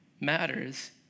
matters